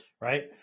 right